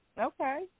Okay